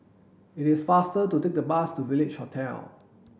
it is faster to take the bus to Village Hotel